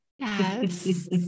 Yes